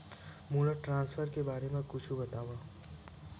मोला ट्रान्सफर के बारे मा कुछु बतावव?